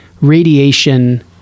radiation